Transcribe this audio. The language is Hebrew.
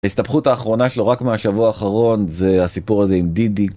ההסתבכות האחרונה שלו רק מהשבוע האחרון זה הסיפור הזה עם דידי.